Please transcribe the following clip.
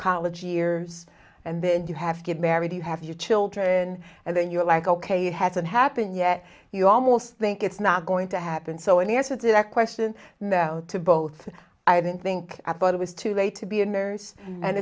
college years and then you have to get married you have your children and then you're like ok it hasn't happened yet you almost think it's not going to happen so in answer to that question to both i didn't think i thought it was too late to be a nurse and